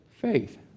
faith